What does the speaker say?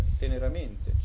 teneramente